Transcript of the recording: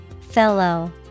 Fellow